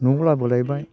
न'आव लाबोलायबाय